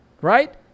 Right